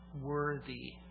worthy